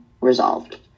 resolved